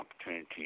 opportunity